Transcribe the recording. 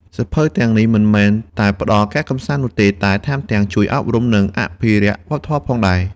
សៀវភៅទាំងនេះមិនត្រឹមតែផ្ដល់ការកម្សាន្តនោះទេ តែថែមទាំងជួយអប់រំ និងអភិរក្សវប្បធម៌ផងដែរ។